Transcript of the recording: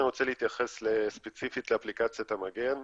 אני רוצה להתייחס ספציפית לאפליקציית המגן.